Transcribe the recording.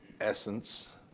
essence